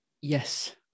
Yes